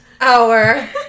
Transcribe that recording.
hour